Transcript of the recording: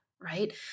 right